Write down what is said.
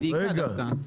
היא דייקה דווקא.